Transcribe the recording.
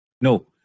No